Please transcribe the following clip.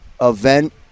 event